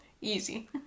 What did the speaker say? easy